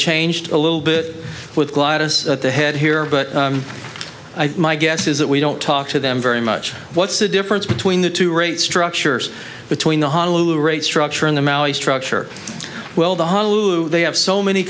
changed a little bit with the head here but i think my guess is that we don't talk to them very much what's the difference between the two rate structures between the honolulu rate structure and the mallee structure well the honolulu they have so many